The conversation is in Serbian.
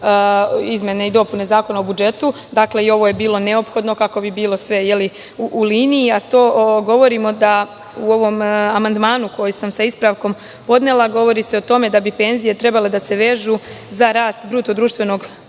izmene i dopune Zakona o budžetu. Dakle, i ovo je bilo neophodno kako bi bilo sve u liniji. U ovom amandmanu koji sam sa ispravkom podnela govori se o tome da bi penzije trebalo da se vežu za rast BDP, dakle,